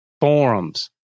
forums